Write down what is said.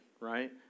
right